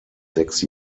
sechs